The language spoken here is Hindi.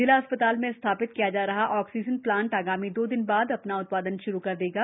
जिला चिकित्सालय में स्थापित किया रहा ऑक्सीजन प्लांट आगामी दो दिन बाद अपना उत्पादन श्रू कर देगा